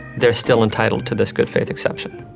they're still entitled to this good faith exception.